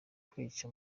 kwica